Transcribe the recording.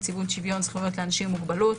נציבות שוויון זכויות לאנשים עם מוגבלות,